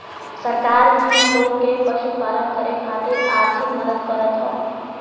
सरकार भी लोग के पशुपालन करे खातिर आर्थिक मदद करत हौ